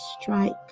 strike